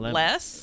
less